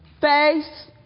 face